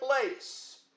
place